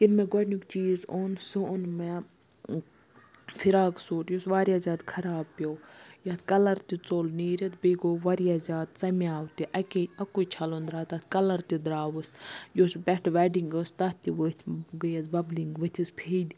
ییٚلہِ مےٚ گۄڈٕنیُک چیٖز اوٚن سُہ اوٚن مےٚ فراک سوٗٹ یُس واریاہ زیادٕ خراب پیوٚو یَتھ کَلَر تہِ ژوٚل نیٖرِتھ بیٚیہِ گوٚو واریاہ زیادٕ ژَمیو تہِ اَکے اَکُے چھَلُن درٛاو تَتھ کَلَر تہِ درٛاوُس یُس پٮ۪ٹھٕ وٮ۪ڈِنٛگ ٲس تَتھ تہِ ؤتھۍ گٔیَس ببلِنٛگ ؤتِھس پھیٚدۍ